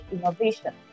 innovation